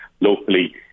locally